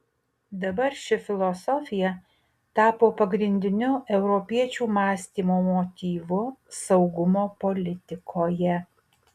dabar ši filosofija tapo pagrindiniu europiečių mąstymo motyvu saugumo politikoje